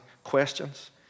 Questions